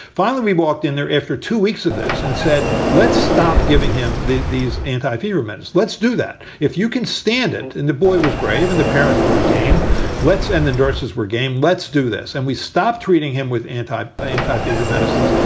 finally, we walked in there after two weeks of this and said, let's stop giving him these a p. rumors. let's do that if you can stand it. and the boy was brave and the parents were game lets and the nurses were game. let's do this. and we stop treating him with a. mantei mantei fever medicines.